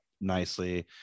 nicely